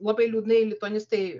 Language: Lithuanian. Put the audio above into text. labai liūdnai lituanistai